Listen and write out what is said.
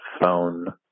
phone